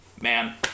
Man